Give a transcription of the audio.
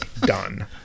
done